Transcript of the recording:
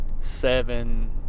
seven